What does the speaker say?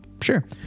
Sure